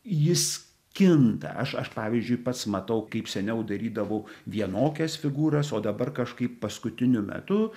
jis kinta aš aš pavyzdžiui pats matau kaip seniau darydavau vienokias figūras o dabar kažkaip paskutiniu metu